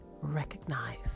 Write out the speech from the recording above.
recognize